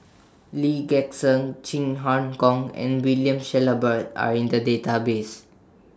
Lee Gek Seng Chin Harn Gong and William Shellabear Are in The Database